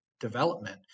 development